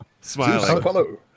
smiling